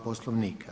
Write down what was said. Poslovnika.